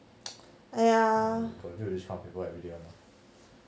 !aiya!